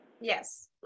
Yes